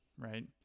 Right